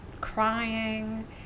crying